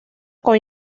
con